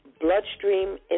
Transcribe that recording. bloodstream